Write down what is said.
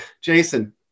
Jason